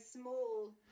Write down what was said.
small